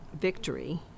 victory